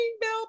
bell